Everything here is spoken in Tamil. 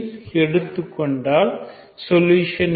ல் எடுத்துக் கொண்டால் சொல்யூஷன் என்ன